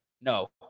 No